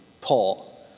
Paul